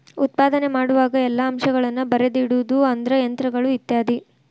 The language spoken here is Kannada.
ಉತ್ಪಾದನೆ ಮಾಡುವಾಗ ಎಲ್ಲಾ ಅಂಶಗಳನ್ನ ಬರದಿಡುದು ಅಂದ್ರ ಯಂತ್ರಗಳು ಇತ್ಯಾದಿ